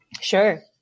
Sure